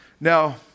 Now